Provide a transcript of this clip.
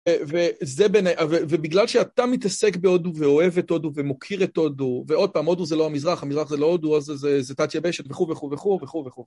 ובגלל שאתה מתעסק בהודו, ואוהב את הודו, ומוקיר את הודו, ועוד פעם, הודו זה לא המזרח, המזרח זה לא הודו, אז זה תת-יבשת, וכו' וכו' וכו'.